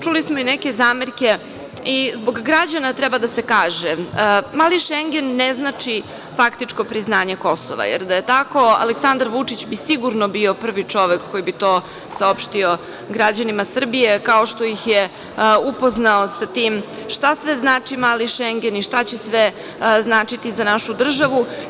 Čuli smo i neke zamerke i zbog građana treba da se kaže, mali Šengen ne znači faktičko priznanje Kosova, jer da je tako Aleksandar Vučić bi sigurno bio prvi čovek koji bi to saopštio građanima Srbije kao što ih je upoznao sa tim šta sve znači „mali Šengen“ i šta će sve značiti za našu državu.